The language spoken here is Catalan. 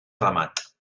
ramat